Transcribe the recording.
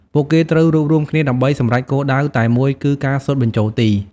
ពួកគេត្រូវរួបរួមគ្នាដើម្បីសម្រេចគោលដៅតែមួយគឺការស៊ុតបញ្ចូលទី។